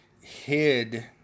hid